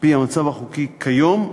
על-פי המצב החוקי כיום,